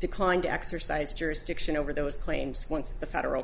declined to exercise jurisdiction over those claims once the federal